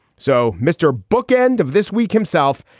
so mr. book, end of this week himself.